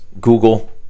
google